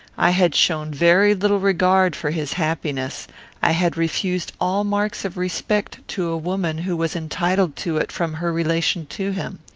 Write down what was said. i had shown very little regard for his happiness i had refused all marks of respect to a woman who was entitled to it from her relation to him.